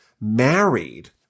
married